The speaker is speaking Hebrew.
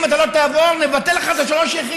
אם אתה לא תעבור, נבטל לך את שלוש היחידות.